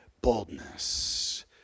boldness